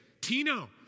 Tino